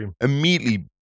immediately